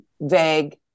vague